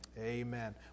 Amen